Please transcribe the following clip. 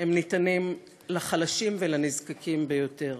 הם ניתנים לחלשים ולנזקקים ביותר.